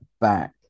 back